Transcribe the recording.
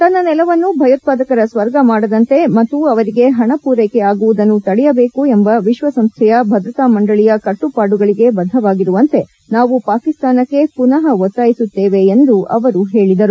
ತನ್ನ ನೆಲವನ್ನು ಭಯೋತ್ವಾದಕರ ಸ್ವರ್ಗ ಮಾಡದಂತೆ ಮತ್ತು ಅವರಿಗೆ ಹಣ ಪೂರೈಕೆ ಆಗುವುದನ್ನು ತಡೆಯಬೇಕು ಎಂಬ ವಿಶ್ವಸಂಸ್ವೆಯ ಭದ್ರತಾ ಮಂಡಳಿಯ ಕಟ್ಟುಪಾಡುಗಳಿಗೆ ಬದ್ದವಾಗಿರುವಂತೆ ನಾವು ಪಾಕಿಸ್ತಾನಕ್ಕೆ ಪುನಃ ಒತ್ತಾಯಿಸುತ್ತೇವೆ ಎಂದೂ ಅವರು ಹೇಳಿದರು